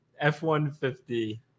F-150